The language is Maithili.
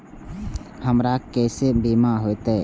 हमरा केसे बीमा होते?